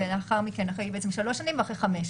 ולאחר מכן אחרי 3 שנים ואחרי 5 שנים.